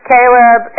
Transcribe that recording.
Caleb